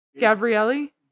Gabrielli